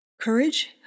Courage